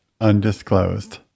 undisclosed